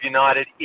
United